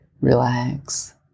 Relax